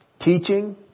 Teaching